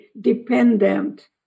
dependent